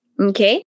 okay